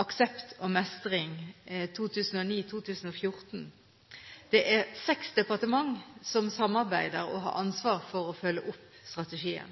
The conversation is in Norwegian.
Aksept og mestring – nasjonal hivstrategi . Det er seks departement som samarbeider og har ansvar for å følge